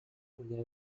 mulher